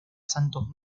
santos